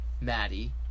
Maddie